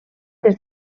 des